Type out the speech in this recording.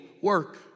work